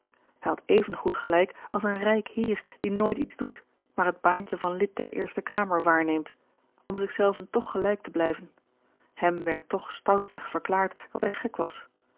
even goed gelijk als een rijk heer die nooit iets doet maar het baantje van lid der eerste kamer waarneemt om zich zelven toch gelijk te blijven hem werd toch stoutweg verklaard dat hij gek was